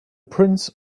prince